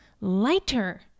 lighter